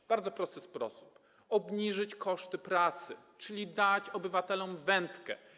To bardzo prosty sposób: obniżyć koszty pracy, czyli dać obywatelom wędkę.